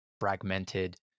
fragmented